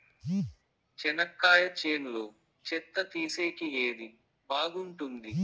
చెనక్కాయ చేనులో చెత్త తీసేకి ఏది బాగుంటుంది?